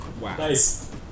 Nice